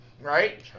right